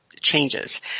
Changes